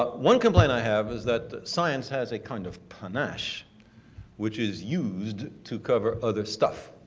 but one complaint i have is that science has a kind of panache which is used to cover other stuff.